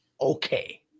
okay